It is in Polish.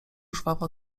żwawo